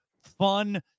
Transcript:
Fun